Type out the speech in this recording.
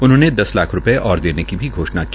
उन्होंने दस लाख रू ये और देने की घोषणा भी की